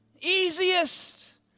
easiest